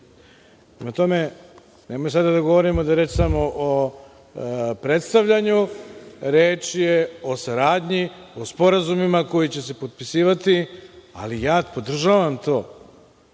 tome, nemojmo sada da govorimo da je reč samo o predstavljanju. Reč je o saradnji, o sporazumima koji će se potpisivati, ali ja podržavam to.